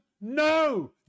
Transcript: No